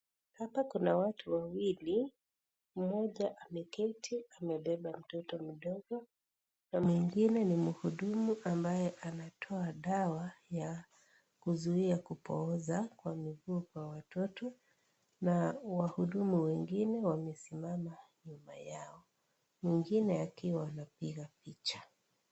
Hapa Kuna watu wawili mmoja ameketi amebeba mtoto mdogo na mwingine ni muhudumu ambaye anatoa dawa ya kuzuia kupooza kwa miguu kwa watoto na wahudumu wengine wamesimama nyumba yao mwingine akiwa anawapigapicha.